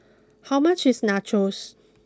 how much is Nachos